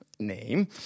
name